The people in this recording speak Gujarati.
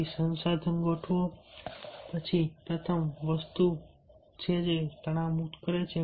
તેથી સંસાધનો ગોઠવો પછી પ્રથમ વસ્તુ પ્રથમ કરો જે તણાવ મુક્ત થાય